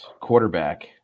quarterback